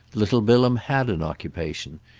little bilham had an occupation,